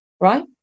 right